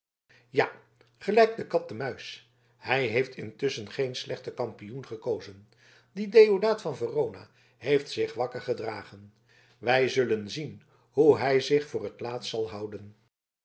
ja gelijk de kat de muis hij heeft intusschen geen slechten kampioen gekozen die deodaat van verona heeft zich wakker gedragen wij zullen zien hoe hij zich voor t laatst zal houden